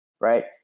right